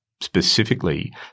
Specifically